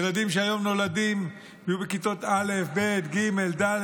ילדים שהיום נולדים ויהיו בכיתות א', ב', ג', ד',